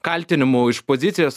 kaltinimų iš pozicijos